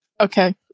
Okay